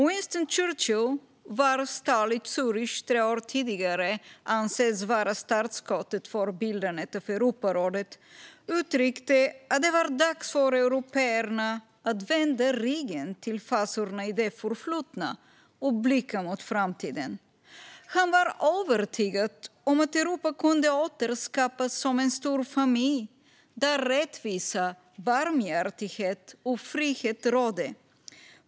Winston Churchill, vars tal i Zürich tre år tidigare anses vara startskottet för bildandet av Europarådet, uttryckte att det var dags för européerna att vända ryggen till fasorna i det förflutna och blicka mot framtiden. Han var övertygad om att Europa kunde återskapas som en stor familj där rättvisa, barmhärtighet och frihet rådde.